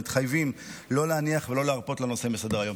מתחייבים לא להניח ולא להרפות לנושא מסדר-היום.